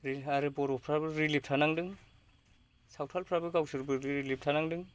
आरो बर'फ्राबो रिलिफ थानांदों सावथालफ्राबो गावसोरबो रिलिफ थानांदों